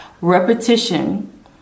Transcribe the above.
Repetition